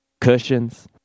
cushions